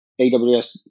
AWS